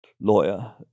lawyer